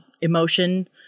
emotion